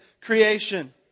creation